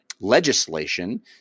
legislation